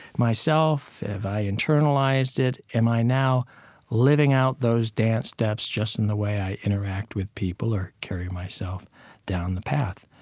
myself, have i internalized it? am i now living out those dance steps just in the way i interact with people or carry myself down the path?